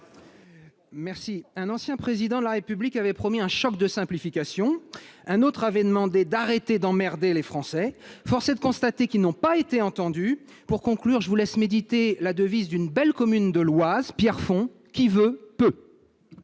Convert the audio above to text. réplique. Un ancien Président de la République avait promis un choc de simplification ; un autre avait demandé qu'on arrête d'emmerder les Français. Force est de constater qu'ils n'ont pas été entendus ! Pour conclure, je vous laisse méditer la devise d'une belle commune de l'Oise, Pierrefonds :« Qui veult peult